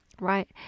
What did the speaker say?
right